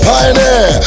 Pioneer